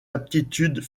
aptitudes